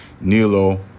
Nilo